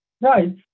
Right